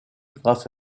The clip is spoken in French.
grâce